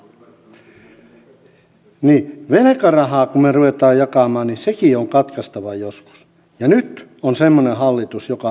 velkarahaa kun me ruvetaan jakamaan niin sekin on katkaistava joskus ja nyt on semmoinen hallitus joka tekee sen